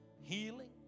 healing